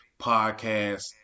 podcast